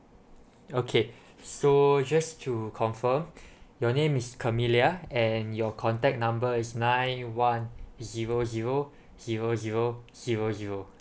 okay so just to confirm your name is camilia and your contact number is nine one zero zero zero zero zero zero